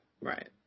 right